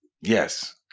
Yes